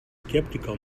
skeptical